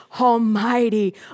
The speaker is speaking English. Almighty